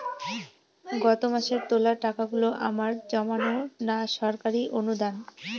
গত মাসের তোলা টাকাগুলো আমার জমানো না সরকারি অনুদান?